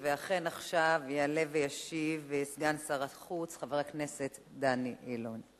ואכן עכשיו יעלה וישיב סגן שר החוץ חבר הכנסת דני אילון.